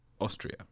Austria